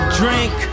drink